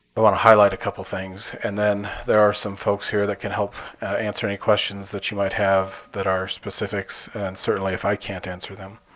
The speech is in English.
i want to highlight a couple of things. and then there are some folks here that can help answer any questions that you might have that are specifics, and certainly if i can't answer them.